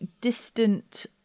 distant